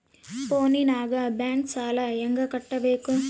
ಫೋನಿನಾಗ ಬ್ಯಾಂಕ್ ಸಾಲ ಹೆಂಗ ಕಟ್ಟಬೇಕು?